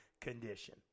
condition